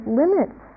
limits